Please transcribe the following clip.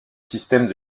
système